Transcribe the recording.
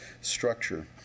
structure